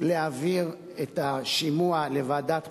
להעביר את השימוע לוועדת חוקה,